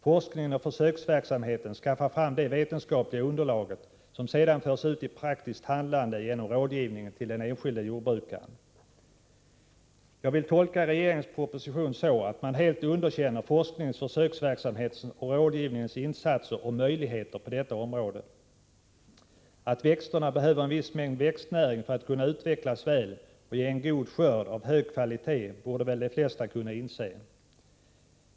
Forskningen och försöksverksamheten skaffar fram det vetenskapliga underlaget, som sedan förs ut i praktiskt handlande genom rådgivningen till den enskilde jordbrukaren. Jag vill tolka regeringens proposition så, att man helt underkänner forskningens, försöksverksamhetens och rådgivningens insatser och möjligheter på detta område. Att växterna behöver en viss mängd växtnäring för att kunna utvecklas väl och ge en god skörd av hög kvalitet borde väl de flesta kunna inse.